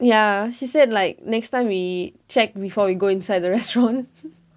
ya she said like next time we check before we go inside the restaurant